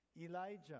Elijah